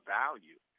value